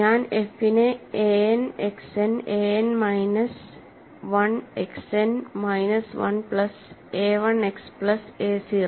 ഞാൻ f നെ a n X n a n minus 1 X n minus 1 പ്ലസ് a 1 X plus a 0